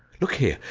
look here!